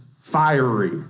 fiery